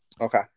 Okay